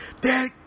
Dad